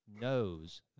knows